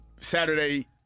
Saturday